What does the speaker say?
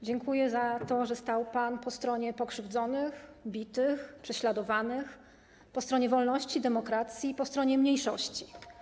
Dziękuję za to, że stał pan po stronie pokrzywdzonych, bitych, prześladowanych, po stronie wolności, demokracji, po stronie mniejszości.